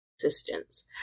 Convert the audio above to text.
assistance